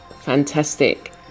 fantastic